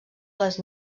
les